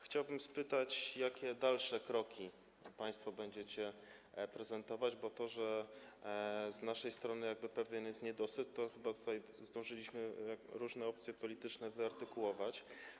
Chciałbym spytać, jakie dalsze kroki państwo będziecie prezentować, bo to, że z naszej strony jest pewien niedosyt, to chyba tutaj zdążyły różne opcje polityczne wyartykułować.